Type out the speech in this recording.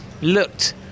looked